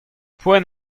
poent